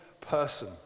person